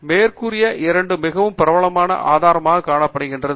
மேற்கூறிய இரண்டும் மிகவும் பிரபலமான ஆதாரமாகக் காணப்படுகின்றன